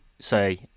say